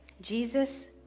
Jesus